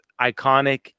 iconic